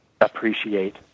appreciate